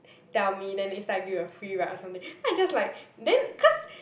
tell me then next time I give you a free ride or something then I just like then cause